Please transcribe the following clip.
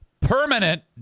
permanent